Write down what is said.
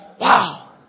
Wow